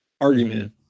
argument